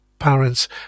parents